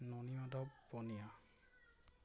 Nanimadhab Baniya